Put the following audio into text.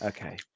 Okay